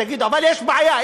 אבל יש בעיה,